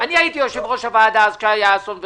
אני הייתי יושב-ראש הוועדה כשקרה אסון ורסאי.